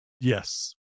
Yes